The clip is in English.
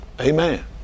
Amen